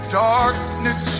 darkness